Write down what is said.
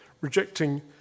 rejecting